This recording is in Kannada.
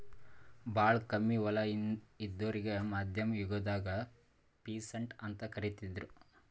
ಭಾಳ್ ಕಮ್ಮಿ ಹೊಲ ಇದ್ದೋರಿಗಾ ಮಧ್ಯಮ್ ಯುಗದಾಗ್ ಪೀಸಂಟ್ ಅಂತ್ ಕರಿತಿದ್ರು